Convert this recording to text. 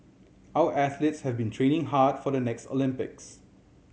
our athletes have been training hard for the next Olympics